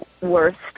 worst